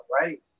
right